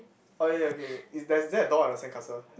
oh ya ya okay wait is there there a door on the sand castle